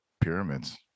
pyramids